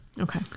Okay